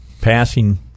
passing